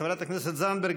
חברת הכנסת זנדברג,